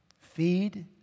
Feed